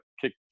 kick